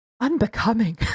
unbecoming